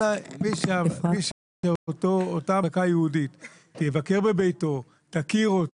אלא מי שאותה מחלקה ייעודית תבקר בביתו, תכיר אותו